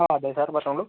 ആ അതെ സർ പറഞ്ഞോളു